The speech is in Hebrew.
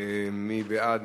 מי בעד?